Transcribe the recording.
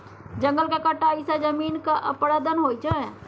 जंगलक कटाई सँ जमीनक अपरदन होइ छै